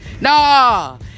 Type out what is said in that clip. No